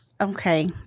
Okay